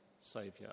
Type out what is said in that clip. saviour